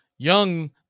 Young